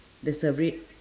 there's a red